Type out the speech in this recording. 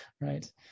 right